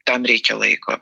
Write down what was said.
tam reikia laiko